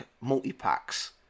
multi-packs